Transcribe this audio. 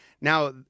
now